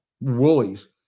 Woolies